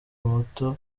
muto